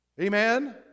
Amen